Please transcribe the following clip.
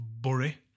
Bury